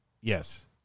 Yes